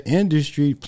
industry